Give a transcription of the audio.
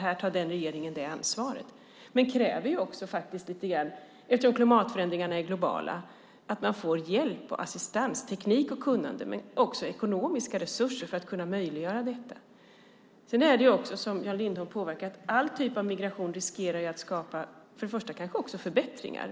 Här tar den regeringen det ansvaret, men det krävs också lite hjälp, eftersom klimatförändringarna är globala. Det handlar om att man får hjälp och assistans, teknik och kunnande men också ekonomiska resurser för att detta ska vara möjligt. Sedan finns det som Jan Lindholm påpekar risker med all typ av migration. Först och främst skapar det kanske förbättringar.